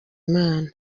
imana